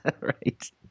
Right